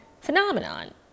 phenomenon